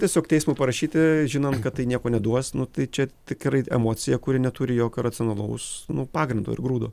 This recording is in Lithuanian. tiesiog teismui parašyti žinom kad tai nieko neduos nu tai čia tikrai emocija kuri neturi jokio racionalaus nu pagrindo ir grūdo